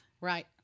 Right